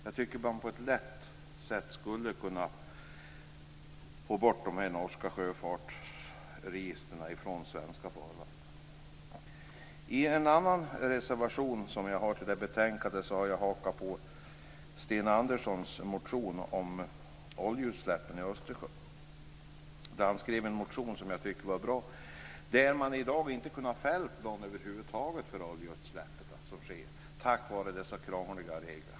Jag tycker att man på ett lätt sätt skulle kunna få bort fartyg som trafikeras enligt de norska sjöfartsregistren från svenska farvatten. I en annan reservation som jag har gjort till betänkandet har jag hakat på Sten Anderssons motion om oljeutsläppen i Östersjön. Han skrev en motion som jag tycker är bra. I dag har man över huvud taget inte kunnat fälla någon för de oljeutsläpp som sker på grund av dessa krångliga regler.